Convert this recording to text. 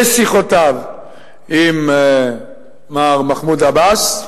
בשיחותיו עם מר מחמוד עבאס,